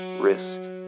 Wrist